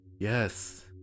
Yes